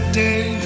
day